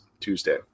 Tuesday